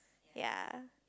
ya